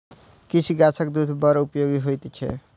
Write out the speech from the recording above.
किछ गाछक दूध बड़ उपयोगी होइत छै